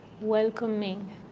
welcoming